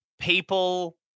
people